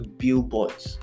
billboards